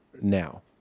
now